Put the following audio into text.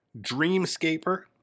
Dreamscaper